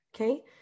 Okay